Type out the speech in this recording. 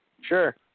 Sure